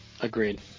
Agreed